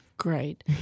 Great